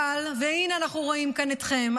והינה אנחנו רואים כאן אתכם,